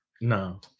No